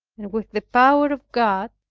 and with the power of god,